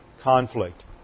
conflict